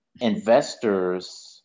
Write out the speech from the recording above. investors